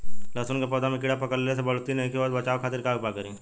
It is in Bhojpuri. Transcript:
लहसुन के पौधा में कीड़ा पकड़ला से बढ़ोतरी नईखे होत बचाव खातिर का उपाय करी?